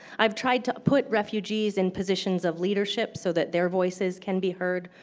i have tried to put refugees in positions of leadership so that their voices can be heard,